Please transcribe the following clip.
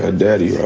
ah daddy yeah